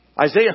Isaiah